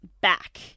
back